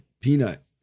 Peanut